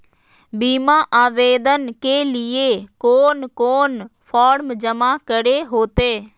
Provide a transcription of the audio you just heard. बीमा आवेदन के लिए कोन कोन फॉर्म जमा करें होते